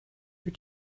her